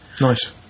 Nice